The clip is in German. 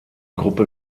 gruppe